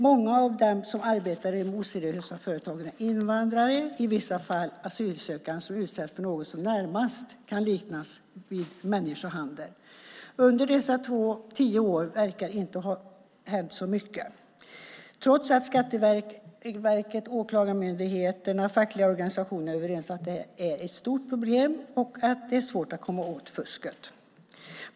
Många av dem som arbetar i de oseriösa företagen är invandrare, i vissa fall asylsökande, som utsätts för något som närmast kan liknas vid människohandel. Under dessa tio år verkar det inte ha hänt så mycket trots att Skatteverket, Åklagarmyndigheten och de fackliga organisationerna är överens om att det är ett stort problem och att det är svårt att komma åt fusket.